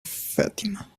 fatima